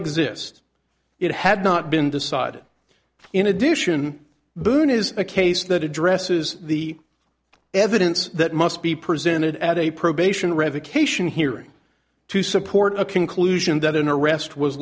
exist it had not been decided in addition boone is a case that addresses the evidence that must be presented at a probation revocation hearing to support a conclusion that an arrest was